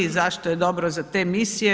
Zašto je dobro za te misije?